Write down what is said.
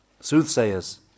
soothsayers